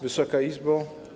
Wysoka Izbo!